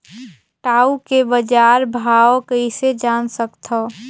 टाऊ के बजार भाव कइसे जान सकथव?